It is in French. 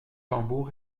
tambour